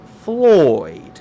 Floyd